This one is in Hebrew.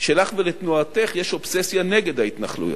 שלך ולתנועתך יש אובססיה נגד ההתנחלויות.